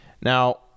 now